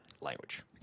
language